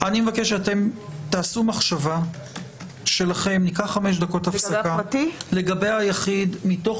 אני מבקש שניקח חמש דקות הפסקה ותחשבו לגבי היחיד מתוך